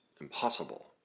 impossible